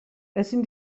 ezin